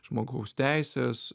žmogaus teisės